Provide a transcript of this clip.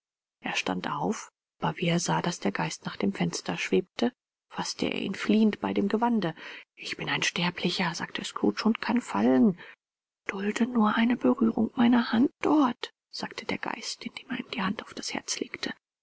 er stand auf aber wie er sah daß der geist nach dem fenster schwebte faßte er ihn flehend bei dem gewande ich bin ein sterblicher sagte scrooge und kann fallen dulde nur eine berührung meiner hand dort sagte der geist indem er ihm die hand auf das herz legte